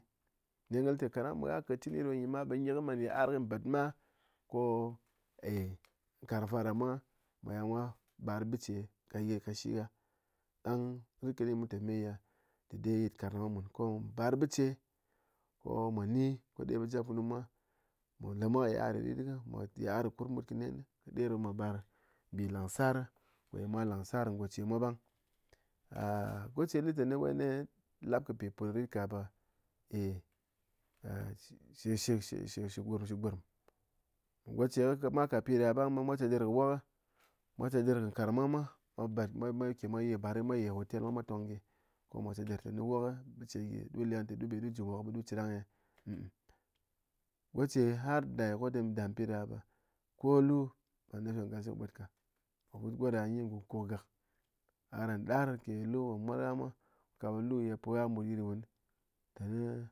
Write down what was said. Nen kɨ lɨté megha kɨt chinyi ɗo nyi ma ɓe gyi kɨ man yit'ar ko nyi bad ma ko, eh nkarng faɗa mwa mwá yai mwa bar biche kaye kashigha ɗang rit kɨni ɓe munté meye dɨde yit nkarng mwa mun ko mwa bar bɨche ko mwa ni ɗidér ɓe jap funu mwa mwá lemwa kɨ yit'ar rɨtrit mwá yit'ar kurmut kɨ nen ɗɨder ɓe mwa ɓar mbi lang sar, koye mwa lang sar goce mwa ɓang goce lɨténɨ wai né lap kɨ peput ritka bɨ eh shishi shɨ gurm shɨ gurm, goche kɨ mwa kat piɗa ɓang ɓe chedɨr kɨ wok, mwa chedɨr kɨ nkarng mwa mwá, mwa bad mwa mwa ke mwa ye bar nɨ mwa ye hotel mwa mwa tong ka gyi ko mwa chedɨr tɨné wok biche gyi ɗu leng té ɗu be ɗu ji nwok ɓe ɗu cherang eh goche har da ko ɗɨm dam piɗa ɓe ko lu ɓe bwót ka, goɗa ngo kuku gak, gha ran ɗar ke lu mol gha mwa kaɓe lu ye pugha mut yit wun tɨné